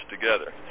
together